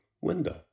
window